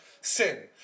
sin